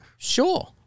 Sure